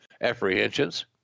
apprehensions